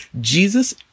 Jesus